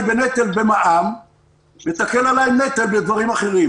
בנטל במע"מ ותקל עליי בנטל בדברים אחרים.